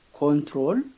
control